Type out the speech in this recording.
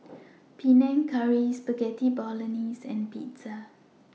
Panang Curry Spaghetti Bolognese and Pizza